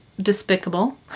despicable